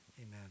Amen